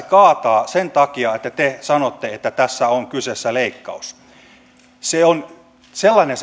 kaataa sen takia että te sanotte että tässä on kyseessä leikkaus se tilanne on sellainen